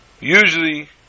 usually